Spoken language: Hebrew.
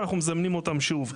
ואנחנו מזמנים אותם שוב.